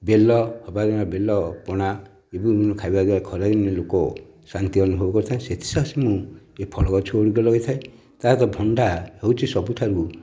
ବେଲ ବେଲ ପଣା ଆଉ ୟାକୁ ଖାଇଲେ ଖରା ଦିନେ ମଧ୍ୟ ଲୋକ ଶାନ୍ତି ଅନୁଭବ କରନ୍ତି ସେଥି ସକାଶେ ମୁଁ ଏ ଫଳ ଗଛ ଗୁଡ଼ିକ ଲଗାଇଥାଏ ତା'ସହିତ ଭଣ୍ଡା ହେଉଛି ସବୁଠାରୁ